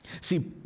See